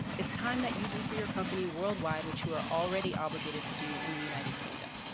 it's time that you do for your company worldwide which you are already obligated to do in the united kingdom.